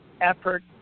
effort